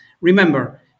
Remember